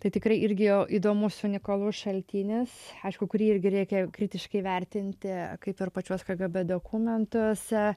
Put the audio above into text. tai tikrai irgi įdomus unikalus šaltinis aišku kurį irgi reikia kritiškai vertinti kaip ir pačius kgb dokumentus